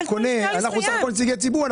אנחנו בסך הכול נציגי ציבור.